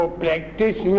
practice